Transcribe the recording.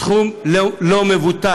סכום לא מבוטל.